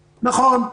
נכון.